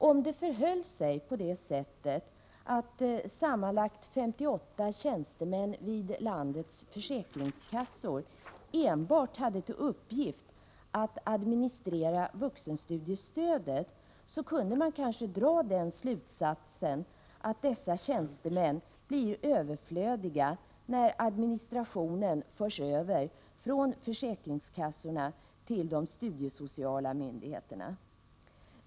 Om det förhöll sig på det sättet att sammanlagt 58 tjänstemän vid landets försäkringskassor enbart hade till uppgift att administrera vuxenstudiestödet kunde man kanske dra den slutsatsen att dessa tjänstemän blir överflödiga när administrationen förs över från försäkringskassorna till de studiesociala myndigheterna.